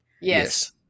Yes